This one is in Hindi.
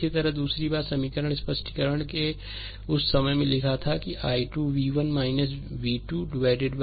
इसी तरह दूसरी बात यह समीकरण भी स्पष्टीकरण के उस समय में लिखा था और i 2 v 1 v 8 और v के बराबर है